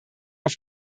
auf